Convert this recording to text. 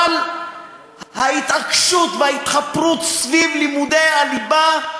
אבל ההתעקשות וההתחפרות סביב לימודי הליבה,